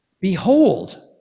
behold